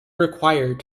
required